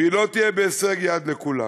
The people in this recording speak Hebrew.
והיא לא תהיה בהישג יד לכולם,